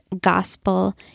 gospel